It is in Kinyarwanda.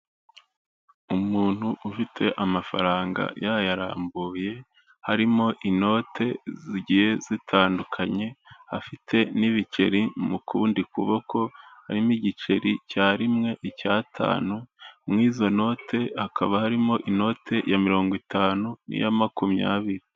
Umuntu ufite amafaranga yayarambuye, harimo inote zigiye zitandukanye, afite n'ibiceri mu kundi kuboko, harimo igiceri cya rimwe, icy'atanu, muri izo note hakaba harimo inote ya mirongo itanu, n'iya makumyabiri.